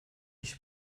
i̇ş